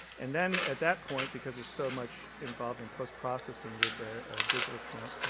and then at that point, because there's so much involved in post processing with ah digital transfer,